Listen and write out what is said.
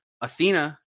Athena